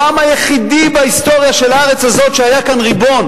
העם היחידי בהיסטוריה של הארץ הזאת שהיה כאן ריבון,